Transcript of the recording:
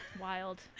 wild